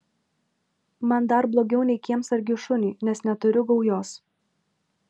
man dar blogiau nei kiemsargiui šuniui nes neturiu gaujos